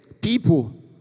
people